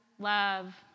love